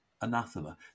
anathema